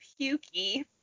pukey